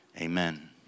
amen